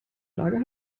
lager